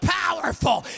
powerful